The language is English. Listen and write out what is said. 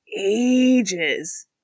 ages